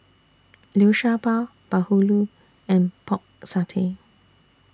Liu Sha Bao Bahulu and Pork Satay